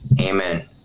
Amen